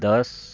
दस